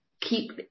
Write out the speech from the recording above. keep